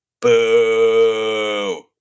Boo